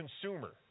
consumer